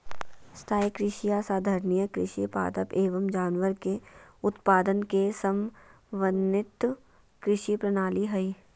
स्थाई कृषि या संधारणीय कृषि पादप एवम जानवर के उत्पादन के समन्वित कृषि प्रणाली हई